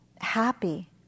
happy